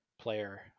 player